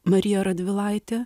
mariją radvilaitę